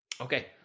okay